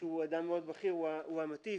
שהוא אדם מאוד בכיר, הוא המטיף.